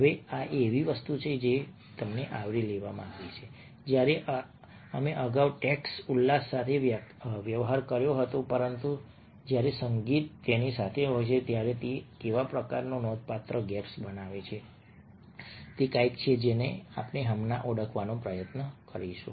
હવે આ એવી વસ્તુ છે જે તમને આવરી લેવામાં આવી છે જ્યારે અમે અગાઉ ટેક્સ્ટ ઉલ્લાસ સાથે વ્યવહાર કર્યો હતો પરંતુ જ્યારે સંગીત તેની સાથે હોય છે ત્યારે તે કેવા પ્રકારનો નોંધપાત્ર ગેપ્સ બનાવે છે તે કંઈક છે જેને આપણે હમણાં ઓળખવાનો પ્રયત્ન કરીશું